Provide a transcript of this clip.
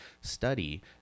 study